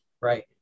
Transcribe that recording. Right